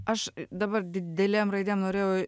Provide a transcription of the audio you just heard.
aš dabar didelėm raidėm norėjau